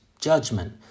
judgment